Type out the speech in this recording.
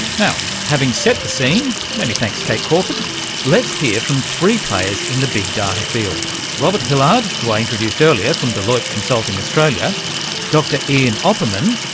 now, having set the scene many thanks kate crawford let's hear from three players in the big data field robert hillard, who i introduced earlier from deloitte consulting australia dr ian opperman,